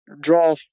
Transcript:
draw